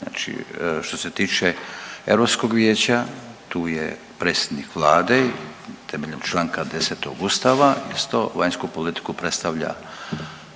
znači što se tiče EV-a, tu je predsjednik Vlade temeljem čl. 10 Ustava, isto, vanjsku politiku predstavlja,